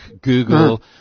Google